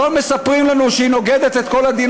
לא מספרים לנו שהיא נוגדת את כל הדין